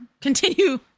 continue